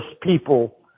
people